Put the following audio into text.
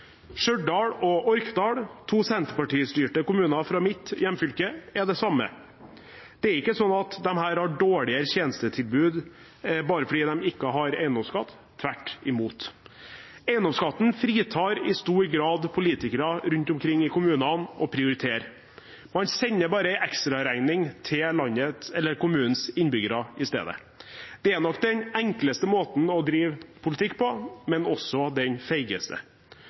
Stjørdal og Orkdal, to Senterparti-styrte kommuner fra mitt hjemfylke, er det samme. Disse har ikke dårligere tjenestetilbud bare fordi de ikke har eiendomsskatt – tvert imot. Eiendomsskatten fritar i stor grad politikere rundt omkring i kommunene fra å prioritere. Man sender bare en ekstraregning til kommunens innbyggere i stedet. Det er nok den enkleste måten å drive politikk på, men også den feigeste.